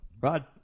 Rod